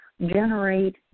generate